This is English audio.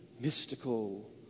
mystical